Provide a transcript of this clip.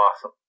Awesome